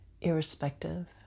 irrespective